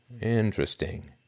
Interesting